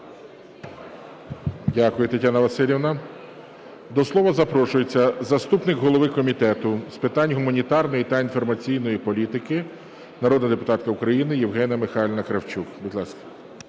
Дякую, Тетяна Василівна. До слова запрошується заступник голови Комітету з питань гуманітарної та інформаційної політики народна депутатка України Євгенія Михайлівна Кравчук, будь ласка.